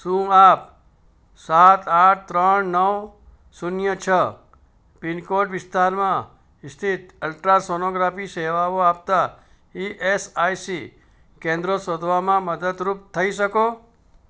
શું આપ સાત આઠ ત્રણ નવ શૂન્ય છ પિનકોડ વિસ્તારમાં સ્થિત અલ્ટ્રાસોનોગ્રાફી સેવાઓ આપતા ઇએસઆઇસી કેન્દ્રો શોધવામાં મદદરૂપ થઈ શકો